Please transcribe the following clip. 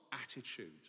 attitude